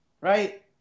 right